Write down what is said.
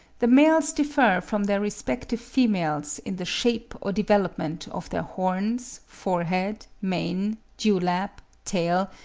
the males differ from their respective females in the shape or development of their horns, forehead, mane, dewlap, tail,